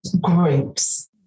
groups